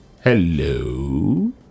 Hello